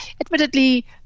Admittedly